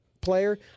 player